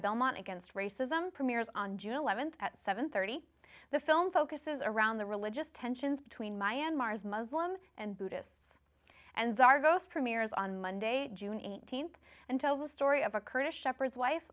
belmont against racism premiers on june eleventh at seven thirty the film focuses around the religious tensions between my and mars muslim and buddhists and zardoz premieres on monday june eighteenth and tell the story of a kurdish shepherds wife